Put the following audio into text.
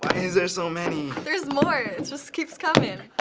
is there so many? there's more. it just keeps coming.